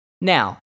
Now